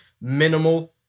minimal